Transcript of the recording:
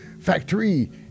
factory